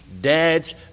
dads